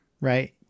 Right